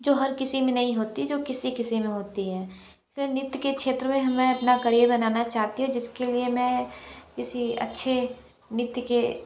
जो हर किसी में नहीं होती किसी किसी में होती है फिर नृत्य के क्षेत्र में मैं अपना करीअर बनाना चाहती हूँ जिसके लिए मैं किसी अच्छे नृत्य के